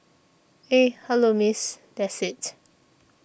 eh hello Miss that's it